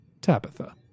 Tabitha